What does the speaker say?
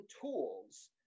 tools